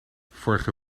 vorige